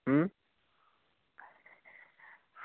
अं